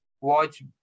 watch